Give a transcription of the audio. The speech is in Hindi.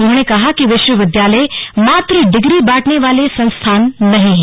उन्होंने कहा कि विश्वविद्यालय मात्र डिग्री बांटने वाले संस्थान नहीं है